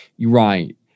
Right